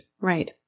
Right